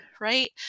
right